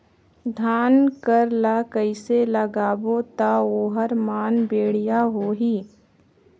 धान कर ला कइसे लगाबो ता ओहार मान बेडिया होही?